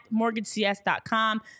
mortgagecs.com